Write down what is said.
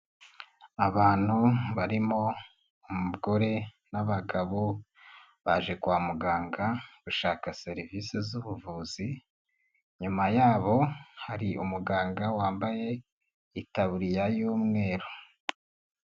Abantu barimo umugore n'abagabo baje kwa muganga bashaka serivisi z'ubuvuzi, inyuma yabo hari umuganga wambaye itaburiya y'umweru.